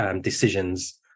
decisions